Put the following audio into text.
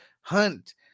Hunt